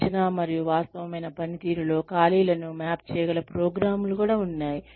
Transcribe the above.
ఊహించిన మరియు వాస్తవమైన పనితీరులో ఖాళీలను మ్యాప్ చేయగల ప్రోగ్రామ్లు ఉన్నాయి